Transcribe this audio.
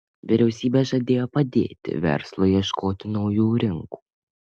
vyriausybė žadėjo padėti verslui ieškoti naujų rinkų